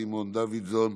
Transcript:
סימון דוידסון,